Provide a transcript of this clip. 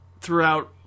throughout